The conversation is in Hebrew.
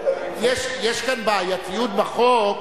יש כאן בעייתיות בחוק,